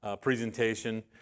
presentation